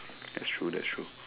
that's true that's true